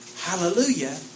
Hallelujah